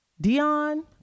Dion